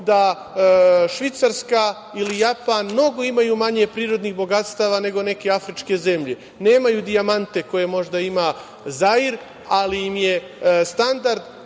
da Švajcarska ili Japan mnogo imaju manje prirodnih bogatstava nego neke afričke zemlje. Nemaju dijamante koje možda ima Zair, ali im je standard